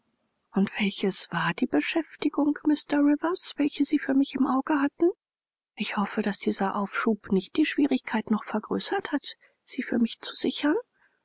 und welches war die beschäftigung mr rivers welche sie für mich im auge hatten ich hoffe daß dieser aufschub nicht die schwierigkeit noch vergrößert hat sie für mich zu sichern